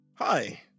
Hi